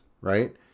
right